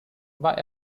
war